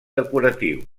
decoratiu